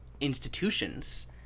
institutions